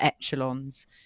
echelons